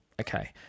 okay